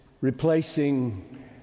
replacing